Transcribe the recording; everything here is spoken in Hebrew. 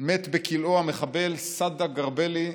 מת בכלאו המחבל סעדי אל-גרבאלי,